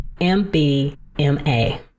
MBMA